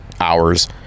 hours